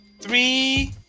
three